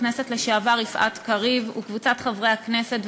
הכנסת לשעבר יפעת קריב וקבוצת חברי הכנסת,